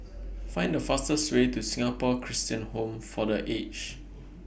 Find The fastest Way to Singapore Christian Home For The Aged